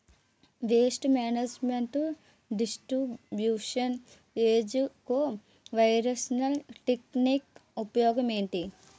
paste management distribution ఏజ్జి covariance technique ఉపయోగం ఏంటి